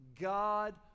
God